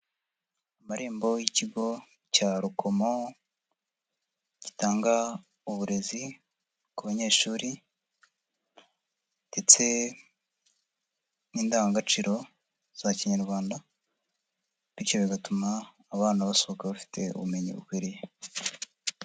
Amarembo y'ikigo cya Rukomo gitanga uburezi ku banyeshuri ndetse n'indangagaciro za kinyarwanda bityo bigatuma abana basohoka bafite ubumenyi bukwiriye.